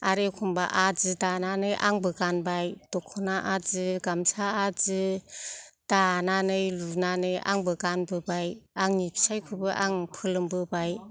आरो एखम्ब्ला आदि दानानै आंबो गानबाय दख'ना आदि गामसा आदि दानानै लुनानै आंबो गानबोबाय आंनि फिसायखौबो आं फोलोमबोबाय